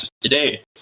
today